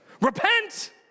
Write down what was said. Repent